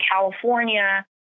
California